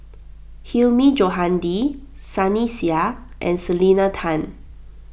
Hilmi Johandi Sunny Sia and Selena Tan